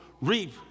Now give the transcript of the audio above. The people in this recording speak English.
reap